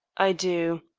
i do.